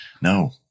no